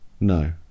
No